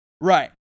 Right